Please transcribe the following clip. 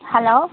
hello